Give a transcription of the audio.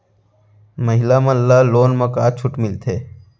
महिला मन ला लोन मा का छूट मिलथे?